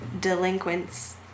delinquents